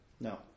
No